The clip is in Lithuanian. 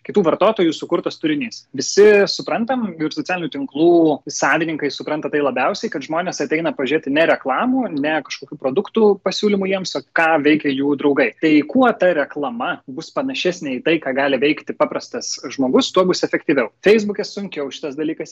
kitų vartotojų sukurtas turinys visi suprantam ir socialinių tinklų savininkai supranta tai labiausiai kad žmonės ateina pažėt į ne reklamų ne kažkokių produktų pasiūlymų jiems o ką veikia jų draugai tai kuo ta reklama bus panašesnė į tai ką gali veikti paprastas žmogus tuo bus efektyviau feisbuke sunkiau šitas dalykas